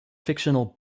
fictional